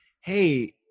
hey